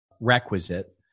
requisite